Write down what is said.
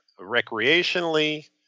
recreationally